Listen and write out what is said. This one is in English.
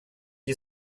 you